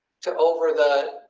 to over the,